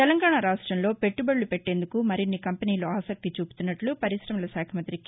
తెలంగాణ రాష్ట్రంలో పెట్టబడులు పెట్టేందుకు మరిన్ని కంపెనీలు ఆసక్తి చూపుతున్నట్ల పర్రిశమలశాఖమంతి కే